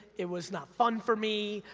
it was not fun for me,